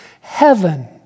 heaven